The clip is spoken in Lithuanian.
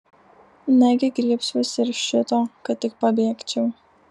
negi griebsiuosi ir šito kad tik pabėgčiau